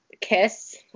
kiss